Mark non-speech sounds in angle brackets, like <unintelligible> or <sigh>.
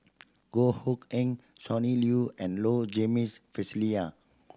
Goh Hood Keng Sonny Liew and Low Jimenez <unintelligible>